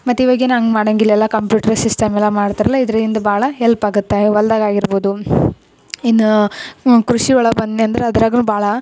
ಮತ್ತೆ ಇವಾಗ ಏನು ಹಂಗ್ ಮಾಡೊಂಗಿಲ್ಲ ಎಲ್ಲ ಕಂಪ್ಯೂಟ್ರ್ ಸಿಸ್ಟಮ್ ಎಲ್ಲ ಮಾಡ್ತಾರಲ್ಲ ಇದ್ರಿಂದ ಭಾಳ ಹೆಲ್ಪ್ ಆಗುತ್ತೆ ಹೊಲ್ದಾಗ್ ಆಗಿರ್ಬೋದು ಇನ್ನು ಕೃಷಿ ಒಳಗೆ ಬಂದೆ ಅಂದರೆ ಅದರಾಗು ಭಾಳ